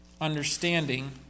understanding